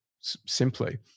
simply